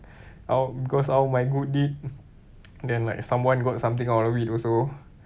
out because out of my good deed then like someone got something out of it also